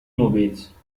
movies